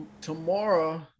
tomorrow